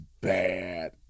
bad